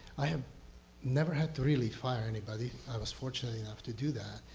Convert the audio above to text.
i have never had to really fire anybody. i was fortunate enough to do that.